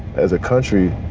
as a country,